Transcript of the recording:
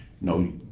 No